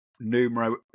numero